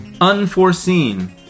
Unforeseen